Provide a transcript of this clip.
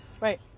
right